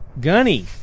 gunny